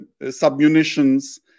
submunitions